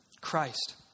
Christ